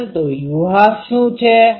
પરંતુ u12 શુ છે